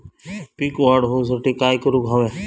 पीक वाढ होऊसाठी काय करूक हव्या?